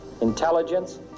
intelligence